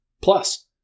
Plus